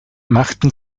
machten